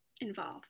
involved